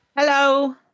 Hello